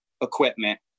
equipment